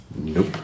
Nope